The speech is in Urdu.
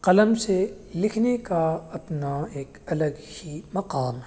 قلم سے لکھنے کا اپنا ایک الگ ہی مقام